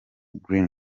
green